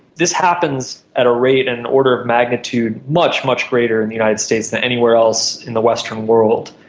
this happens at a rate and an order of magnitude much, much greater in the united states than anywhere else in the western world.